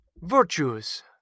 virtues